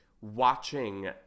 watching